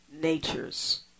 natures